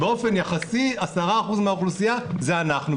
באופן יחסי 10% זה אנחנו,